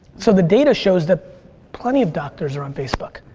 so the data shows that plenty of doctors are on facebook.